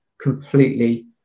completely